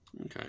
Okay